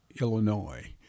Illinois